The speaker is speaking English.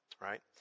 right